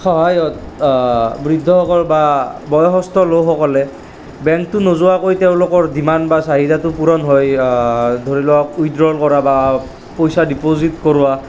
সহায়ত বৃদ্ধসকল বা বয়সস্থ লোকসকলে বেংকটো নোযোৱাকৈ তেওঁলোকৰ ডিমাণ্ড বা চাহিদাটো পূৰণ হয় ধৰি লওক উইদ্ৰল কৰা বা পইচা ডিপজিত কৰোৱা